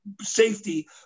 safety